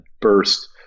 burst